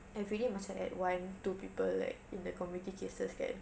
everyday macam add one two people like in the community cases kan